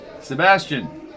Sebastian